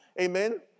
Amen